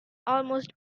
almost